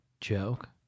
joke